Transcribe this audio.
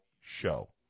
show